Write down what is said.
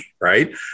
right